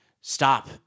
stop